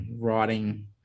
writing